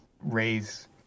raise –